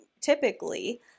typically